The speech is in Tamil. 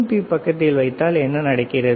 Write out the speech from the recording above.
பி பக்கத்தில் வைத்தால் என்ன நடக்கிறது